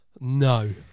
no